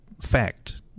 fact